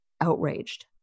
outraged